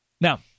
Now